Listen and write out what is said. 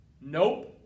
Nope